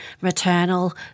maternal